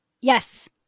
Yes